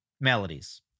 melodies